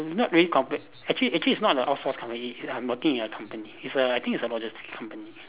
not really complex actually actually it's not a outsource company is I'm working in a company it's a I think it's a logistic company